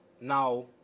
now